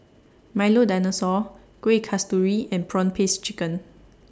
Milo Dinosaur Kueh Kasturi and Prawn Paste Chicken